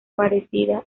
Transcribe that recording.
parecida